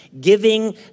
giving